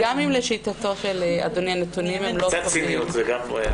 אם לשיטתו של אדוני הנתונים הם לא טובים,